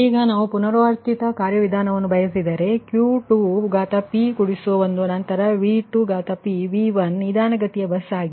ಈಗ ನಾವು ಪುನರಾವರ್ತಿತ ಕಾರ್ಯವಿಧಾನವನ್ನು ಬಯಸಿದರೆ ಆಗ Q2p1 ನಂತರ V2p V1 ನಿಧಾನಗತಿಯ ಬಸ್ ಆಗಿದೆ